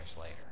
later